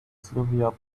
sylvia